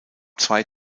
zwei